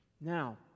Now